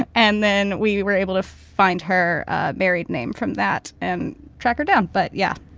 and and then we were able to find her married name from that and track her down but yeah,